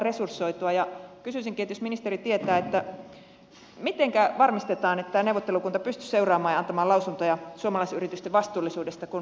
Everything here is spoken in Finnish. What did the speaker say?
kysyisinkin jos ministeri tietää mitenkä varmistetaan että tämä neuvottelukunta pystyisi seuraamaan ja antamaan lausuntoja suomalaisyritysten vastuullisuudesta kun siihenkin on täällä viitattu